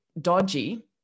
dodgy